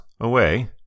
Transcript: away